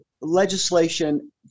legislation